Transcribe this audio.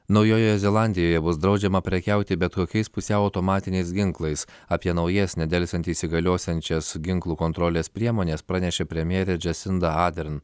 naujojoje zelandijoje bus draudžiama prekiauti bet kokiais pusiau automatiniais ginklais apie naujas nedelsiant įsigaliosiančias ginklų kontrolės priemones pranešė premjerė džesinda adern